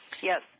yes